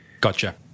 Gotcha